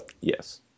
yes